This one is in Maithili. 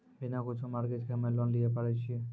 बिना कुछो मॉर्गेज के हम्मय लोन लिये पारे छियै?